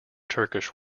turkish